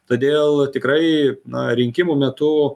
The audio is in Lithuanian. todėl tikrai na rinkimų metu